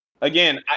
again